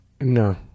No